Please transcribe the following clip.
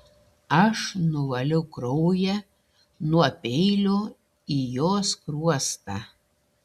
aš nuvaliau kraują nuo peilio į jo skruostą